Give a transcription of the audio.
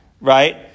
right